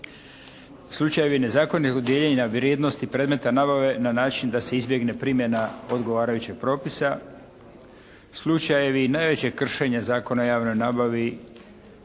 slučajevi nezakonitog dijeljenja vrijednosti predmeta nabave na način da se izbjegne primjena odgovarajućeg propisa, slučajevi najvećeg kršenja Zakona o javnoj nabavi